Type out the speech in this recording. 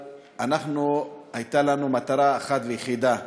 אנחנו, הייתה לנו מטרה אחת ויחידה,